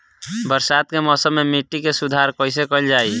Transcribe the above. बरसात के मौसम में मिट्टी के सुधार कईसे कईल जाई?